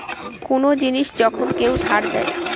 কোন জিনিস যখন কেউ ধার দেয়